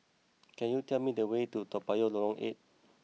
can you tell me the way to Toa Payoh Lorong Eight